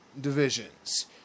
divisions